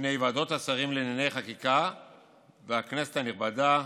בפני ועדות השרים לענייני חקיקה והכנסת הנכבדה.